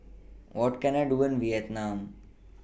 What Can I Do in Vietnam